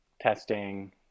testing